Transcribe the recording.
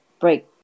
break